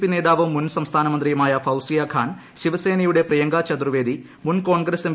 P നേതാവും മുൻ സംസ്ഥാന് മന്ത്രിയുമായ ഫൌസിയ ഖാൻ ശിവ്സേനയുടെ പ്രിയങ്ക ചതുർവേദി മുൻ കോൺഗ്രസ്സ് എം